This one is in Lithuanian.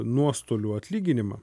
nuostolių atlyginimą